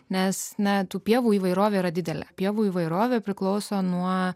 nes ne tų pievų įvairovė yra didelė pievų įvairovė priklauso nuo